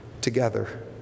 together